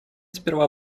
сперва